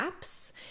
apps